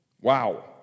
Wow